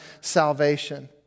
salvation